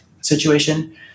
situation